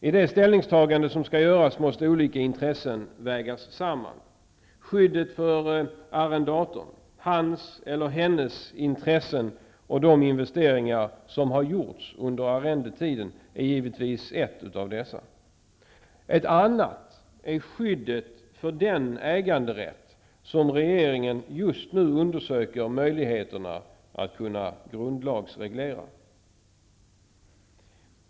I det ställningstagande som skall göras måste olika intressen vägas samman. Ett av dessa intressen är skyddet för arrendatorn när det gäller gjorda investeringar under arrendetiden. Ett annat intresse är skyddet för äganderätten. Regeringen undersöker just nu möjligheterna att kunna grundlagsreglera.